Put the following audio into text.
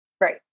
Right